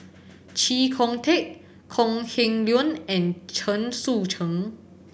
Chee Kong Tet Kok Heng Leun and Chen Sucheng